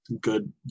Good